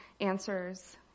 answers